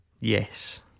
Yes